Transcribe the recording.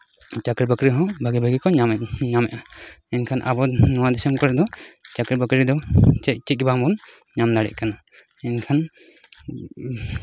ᱪᱟᱹᱠᱨᱤ ᱵᱟᱹᱠᱨᱤ ᱦᱚᱸ ᱧᱟᱢᱮᱜ ᱧᱟᱢ ᱮᱜᱼᱟ ᱮᱱᱠᱷᱟᱱ ᱟᱵᱚ ᱱᱚᱣᱟ ᱫᱤᱥᱚᱢ ᱠᱚᱨᱮ ᱫᱚ ᱪᱟᱹᱠᱨᱤ ᱵᱟᱹᱠᱨᱤ ᱫᱚ ᱪᱮᱫ ᱪᱮᱫ ᱵᱟᱝᱵᱚᱱ ᱧᱟᱢ ᱫᱟᱲᱮᱭᱟᱜ ᱠᱟᱱᱟ ᱮᱱᱠᱷᱟᱱ